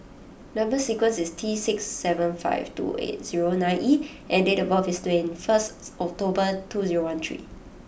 number sequence is T six seven five two eight zero nine E and date of birth is twenty first October two zero one three